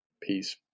peace